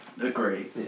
agree